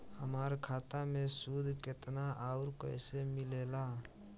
हमार खाता मे सूद केतना आउर कैसे मिलेला?